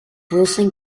wilson